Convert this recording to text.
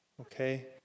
Okay